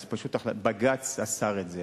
אבל פשוט בג"ץ אסר את זה,